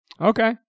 Okay